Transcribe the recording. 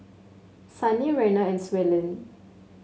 Sannie Reina and Suellen